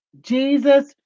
Jesus